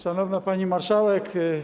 Szanowna Pani Marszałek!